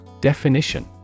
Definition